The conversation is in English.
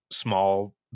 small